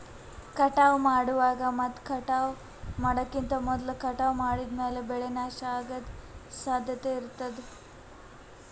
ಕಟಾವ್ ಮಾಡುವಾಗ್ ಮತ್ ಕಟಾವ್ ಮಾಡೋಕಿಂತ್ ಮೊದ್ಲ ಕಟಾವ್ ಮಾಡಿದ್ಮ್ಯಾಲ್ ಬೆಳೆ ನಾಶ ಅಗದ್ ಸಾಧ್ಯತೆ ಇರತಾದ್